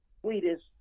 sweetest